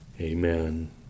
Amen